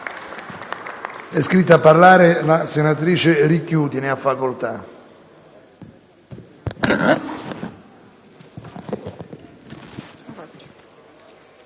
È iscritta a parlare la senatrice Zanoni. Ne ha facoltà.